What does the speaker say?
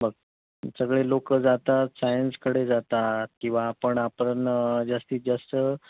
बघ सगळे लोकं जातात सायन्सकडे जातात किंवा आपण आपण जास्तीत जास्त